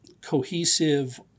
Cohesive